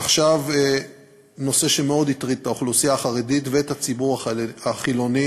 נושא שמאוד הטריד את האוכלוסייה החרדית ואת הציבור החילוני,